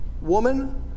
woman